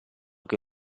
che